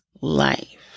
life